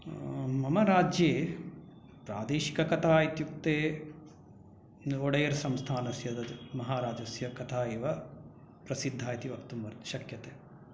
मम राज्ये प्रादेशिककथा इत्युक्ते ओडेयर् संस्थानस्य महाराजस्य कथा एव प्रसिद्धा इति वक्तुं शक्यते